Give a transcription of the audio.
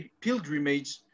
pilgrimage